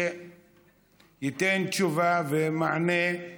שייתן תשובה ומענה על